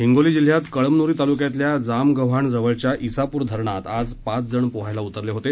हिंगोली जिल्ह्यात कळमनुरी तालुक्यातल्या जामगव्हाण जवळच्या इसापूर धरणात आज पाच जण पोहायला उतरले होते